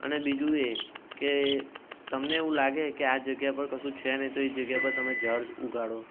અને બીજું એ કે તમને એવું લાગે કે આ જગ્યા પર કશું છે નહી તો એ જગ્યા પર તમે ઝાડ ઉગાડો